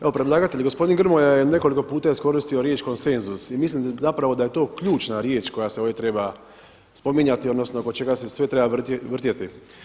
Evo predlagatelj gospodin Grmoja je nekoliko puta iskoristio riječ konsenzus i mislim da je zapravo to ključna riječ koja se ovdje treba spominjati odnosno oko čega se sve treba vrtjeti.